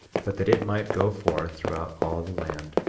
but that it might go forth throughout all the land,